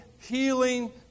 healing